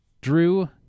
Drew